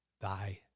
thy